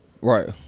Right